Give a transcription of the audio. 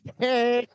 hey